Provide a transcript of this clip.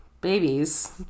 babies